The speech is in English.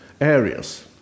areas